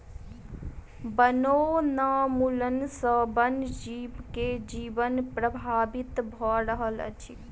वनोन्मूलन सॅ वन जीव के जीवन प्रभावित भ रहल अछि